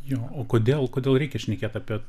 jo o kodėl kodėl reikia šnekėti apie